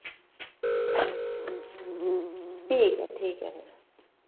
ठीक ऐ ठीक ऐ फिर